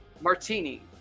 Martini